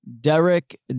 Derek